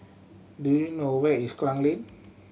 do you know where is Klang Lane